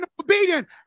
obedient